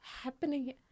happening